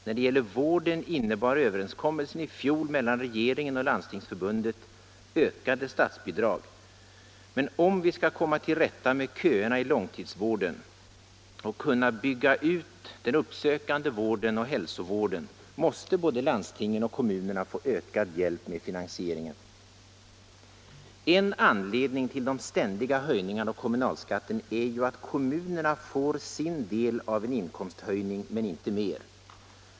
När det gäller vården innebar överenskommelsen i fjol mellan regeringen och Landstingsförbundet ökade statsbidrag, men om vi skall komma till rätta med köerna i långtidsvården och kunna bygga ut den uppsökande vården och hälsovården, måste både landstingen och kommunerna få ökad hjälp med finansieringen. En anledning till de ständiga höjningarna av kommunalskatten är ju att kommunerna får sin del av en inkomsthöjning, men inte mer.